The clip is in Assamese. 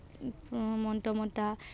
মন্ত্ৰ মতা